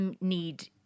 need